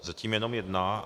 Zatím jenom jedna.